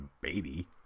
baby